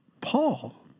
Paul